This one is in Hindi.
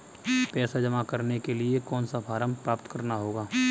पैसा जमा करने के लिए कौन सा फॉर्म प्राप्त करना होगा?